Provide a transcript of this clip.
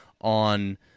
on